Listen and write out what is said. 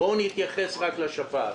בואו נתייחס רק לשפעת.